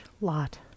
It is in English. lot